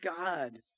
God